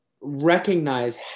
recognize